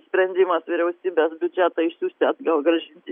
sprendimas vyriausybės biudžetą išsiųsti atgal grąžinti